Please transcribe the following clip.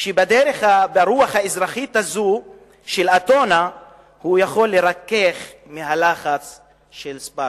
שברוח האזרחית הזו של אתונה הוא יכול לרכך את הלחץ של ספרטה.